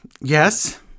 Yes